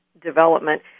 development